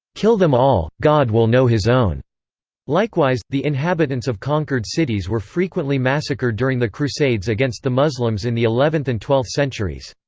kill them all, god will know his own likewise, the inhabitants of conquered cities were frequently massacred during the crusades against the muslims in the eleventh and twelfth centuries.